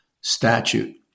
statute